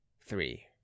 three